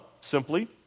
simply